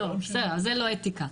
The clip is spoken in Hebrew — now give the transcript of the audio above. אז זה לא אתיקה.